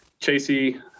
Chasey